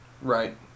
Right